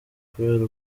kubera